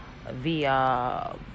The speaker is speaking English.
via